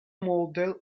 model